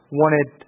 wanted